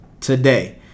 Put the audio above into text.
today